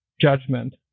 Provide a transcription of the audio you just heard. judgment